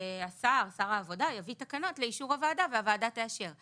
שר העבודה יביא תקנות לאישור הוועדה והוועדה תאשר.